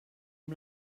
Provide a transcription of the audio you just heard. amb